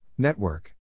Network